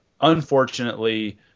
Unfortunately